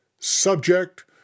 subject